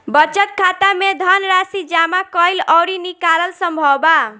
बचत खाता में धनराशि जामा कईल अउरी निकालल संभव बा